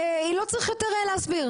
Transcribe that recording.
היא לא צריכה להסביר,